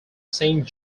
saint